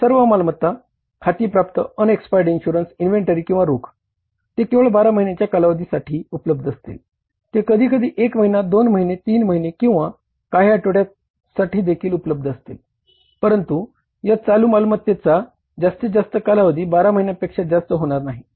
इतर सर्व मालमत्ता खाती प्राप्त जास्तीत जास्त कालावधी 12 महिन्यांपेक्षा जास्त होणार नाही